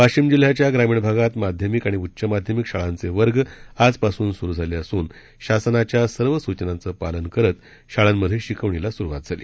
वाशिम जिल्ह्याच्या ग्रामीण भागात माध्यमिक आणि उच्च माध्यमिक शाळांचे वर्ग वर्ग आज पासून सुरू झाले असून शासनाच्या सर्व सूचनांचं पालन करत शाळांमधे शिकवणीला सुरुवात झाली